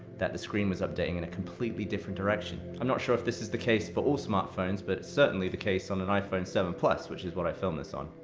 that the screen was updating in a completely different direction. i'm not sure if this is the case for all smartphones, but it's certainly the case on an iphone seven plus, which is what i filmed this on.